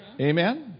Amen